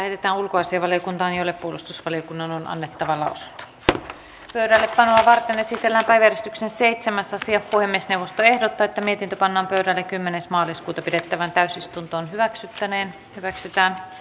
asia lähetettiin ulkoasiainvaliokuntaan jolle puolustusvaliokunnan on annettava nousta pöydällepanoa varten esitellä päivystyksen seitsemäs ja puhemiesneuvosto ehdottaa miten panna vireille kymmenes maaliskuuta pidettävään täysistuntoon hyväksyttäneen hyväksytä